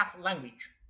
language